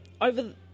over